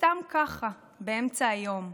סתם ככה באמצע היום,